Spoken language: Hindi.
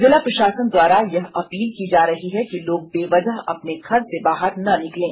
जिला प्रशासन द्वारा यह अपील की जा रही है कि लोग बेवजह अपने घर से बाहर न निकलें